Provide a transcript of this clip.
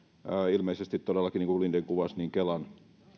ilmeisesti todellakin niin kuin linden kuvasi kelan